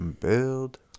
build